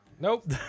Nope